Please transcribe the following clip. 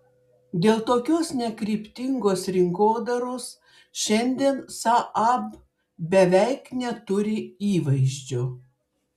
dėl tokios nekryptingos rinkodaros šiandien saab beveik neturi įvaizdžio